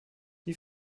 die